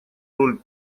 роль